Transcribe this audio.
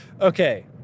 Okay